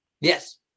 Yes